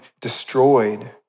destroyed